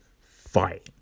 fight